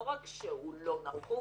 לא רק שהוא לא נחוץ,